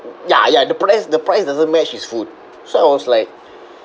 ya ya the price the price doesn't match his food so I was like